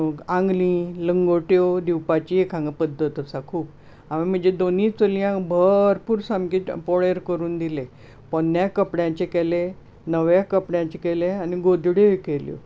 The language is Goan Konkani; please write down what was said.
आंगली लंगोट्यो दिवपाची हांगा एक पद्दत आसा हांगा खूब हांवें म्हज्या दोना चलयांक भरपूर सामके पोळेर करून दिले पोन्न्याय कपड्यांचे केले नव्याय कपड्यांचे केले गोजड्योय केल्यो